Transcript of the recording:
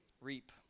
reap